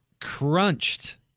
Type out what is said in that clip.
crunched